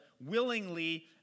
willingly